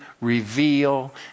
reveal